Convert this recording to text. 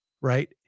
right